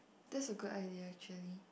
that's a good idea actually